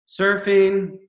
surfing